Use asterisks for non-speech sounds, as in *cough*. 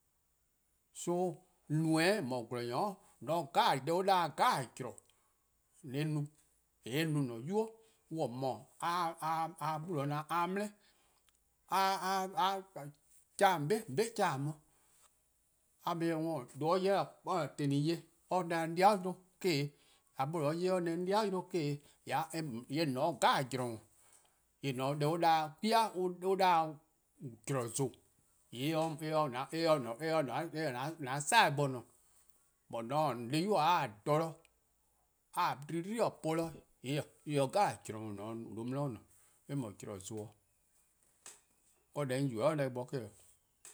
So no-eh :mor :gwlor-nyor, *hesitation* deh an 'da-dih-a zorn 'jeh no :on 'ye or no, :on 'ye-ah no mor-: an-a'a: 'nynuu:-: :mor a ne 'de 'gbu a 'ye dele: *hesitation* a 'ye keleh :on 'be :on kelek on, a ye-eh dih worn or. :mor nyor 'ye or-a'a: teli-buo :yee' or 'da 'an 'de-di 'yle eh-: :dhe dih, :mor nor 'ye or neh :yee' or 'da 'an 'de-di :yle eh-: :dhe-dih :yee' *hesitation* :on 'ne 'de zorn 'jeh nor 'di. :eh :dhe-a dih an 'da-dih-a, 'kwi-a 'da-dih-a zorn :zon :yee' *hesitation* eh se 'de an side bo :ne. Jorwor :mor mor-: an 'de-di :boi'-: a :taa jeh, a :taa 'jlei-dih po-dih, :yee' eh :se zorn 'jeh :nor :on se 'de 'di :ne, :yee' zorn :zon 'o. Deh 'on yubo-a 'do eh neh bo eh' 'o.